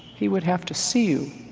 he would have to see you.